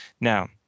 Now